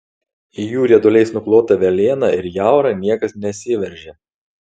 į jų rieduliais nuklotą velėną ir jaurą niekas nesiveržia